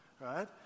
right